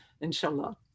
inshallah